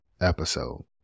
episode